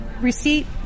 receipt